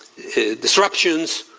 disruptions,